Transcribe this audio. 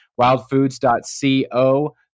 wildfoods.co